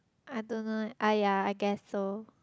I don't know ah ya I guess so